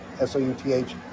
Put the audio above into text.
S-O-U-T-H